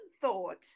thought